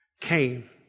came